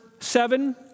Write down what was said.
Seven